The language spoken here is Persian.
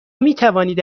میتوانید